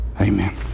Amen